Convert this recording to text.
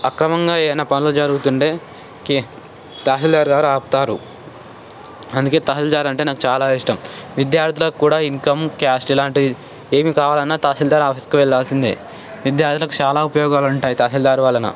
అక్రమంగా ఏమైనా పనులు జరుగుతుంటే తహసీల్దార్ గారు ఆపుతారు అందుకే తహసీల్దార్ అంటే నాకు చాలా ఇష్టం విద్యార్థులకు కూడా ఇన్కమ్ క్యాస్ట్ ఇలాంటి ఏమి కావాలన్నా తహసీల్దార్ ఆఫీస్కి వెళ్ళాల్సిందే విద్యార్థులకు చాలా ఉపయోగాలు ఉంటాయి తహసిల్దార్ వలన